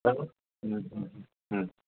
બરાબર હમ હમ